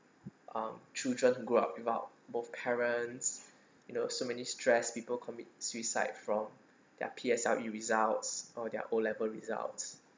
um children grow up without both parents you know so many stress people commit suicide from their P_S_L_E results or their O level results